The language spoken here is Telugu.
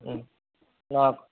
నాకు